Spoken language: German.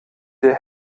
der